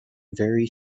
very